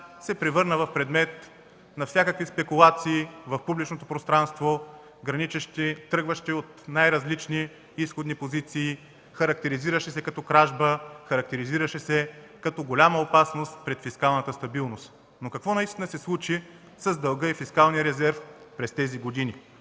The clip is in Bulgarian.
се превърна в предмет на всякакви спекулации в публичното пространство, тръгващи от най-различни изходни позиции, характеризиращи се като „кражба”, характеризиращи се като „голяма опасност пред фискалната стабилност”. Но какво наистина се случи с дълга и с фискалния резерв през тези години?